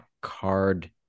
Card